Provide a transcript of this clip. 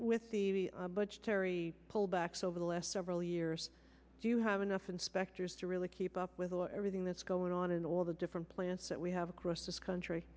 with the budgetary pullbacks over the last several years do you have enough inspectors to really keep up with everything that's going on in all the different plants that we have across this country